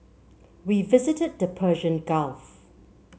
we visited the Persian Gulf